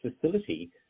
facility